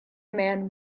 man